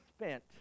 spent